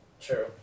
True